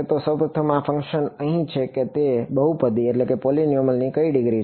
તો સૌપ્રથમ આ ફંક્શન અહીં છે કે તે બહુપદીની કઈ ડિગ્રી છે